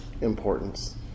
importance